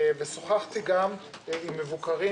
שוחחתי גם עם מבוקרים,